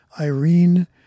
Irene